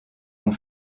ont